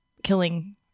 killing